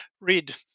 read